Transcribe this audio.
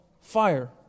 fire